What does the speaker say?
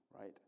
right